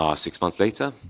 um six months later.